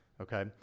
Okay